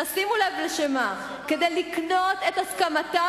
אלא שימו לב לשם מה: כדי לקנות את הסכמתם